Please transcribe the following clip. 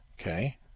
okay